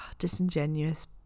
disingenuous